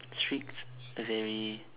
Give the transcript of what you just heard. strict a very